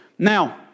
Now